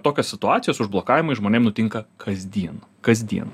tokios situacijos užblokavimai žmonėm nutinka kasdien kasdien